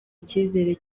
icyizere